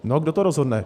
No, kdo to rozhodne?